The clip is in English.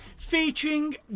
Featuring